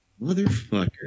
Motherfucker